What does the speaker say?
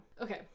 Okay